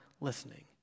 listening